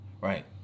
Right